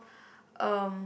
um